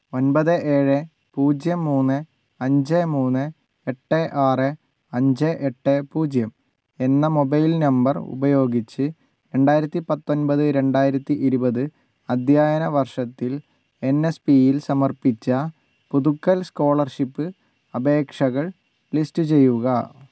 ഒൻപത് ഏഴ് പൂജ്യം മൂന്ന് അഞ്ച് മൂന്ന് എട്ട് ആറ് അഞ്ച് എട്ട് പൂജ്യം എന്ന മൊബൈൽ നമ്പർ ഉപയോഗിച്ച് രണ്ടായിരത്തി പത്തൊൻപത് രണ്ടായിരത്തി ഇരുപത് അദ്ധ്യായന വർഷത്തിൽ എൻ എസ് പിയിൽ സമർപ്പിച്ച പുതുക്കൽ സ്കോളർഷിപ്പ് അപേക്ഷകൾ ലിസ്റ്റ് ചെയ്യുക